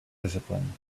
discipline